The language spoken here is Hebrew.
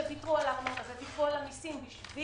שוויתרו על המיסים כדי